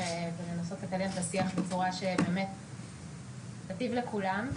ולנסות לקדם את השיח בצורה שתטיב באמת עם כולם.